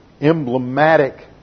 emblematic